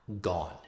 gone